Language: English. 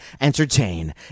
entertain